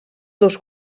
dos